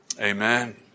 Amen